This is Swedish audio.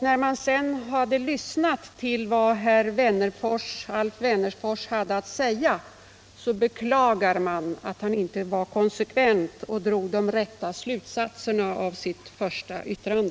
När man sedan lyssnade sn på vad Alf Wennerfors hade att säga, beklagade man att han inte var — Jämställdhetsfrågor konsekvent och drog de rätta slutsatserna av sitt första yttrande.